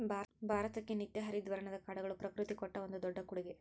ಭಾರತಕ್ಕೆ ನಿತ್ಯ ಹರಿದ್ವರ್ಣದ ಕಾಡುಗಳು ಪ್ರಕೃತಿ ಕೊಟ್ಟ ಒಂದು ದೊಡ್ಡ ಕೊಡುಗೆ